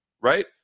Right